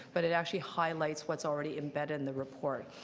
but it actually highlights what's already embedded in the report.